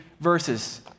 verses